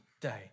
day